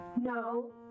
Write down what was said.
no